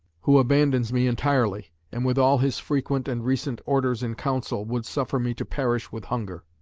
who abandons me entirely, and with all his frequent and recent orders in council, would suffer me to perish with hunger.